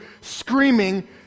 screaming